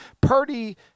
Purdy